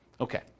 Okay